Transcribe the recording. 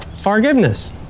Forgiveness